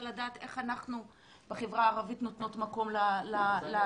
לדעת איך אנחנו בחברה הערבית נותנים מקום לנפש.